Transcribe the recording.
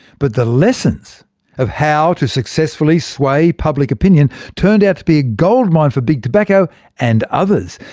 but the lessons of how to successfully sway public opinion turned out to be a goldmine for big tobacco and others.